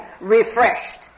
refreshed